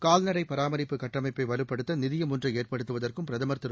கால்நடை பராமரிப்பு கட்டமைப்பை வலுப்படுத்த நிதியம் ஒன்றை ஏற்படுத்துவதற்கும் பிரதமர் திரு